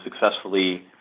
successfully